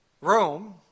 Rome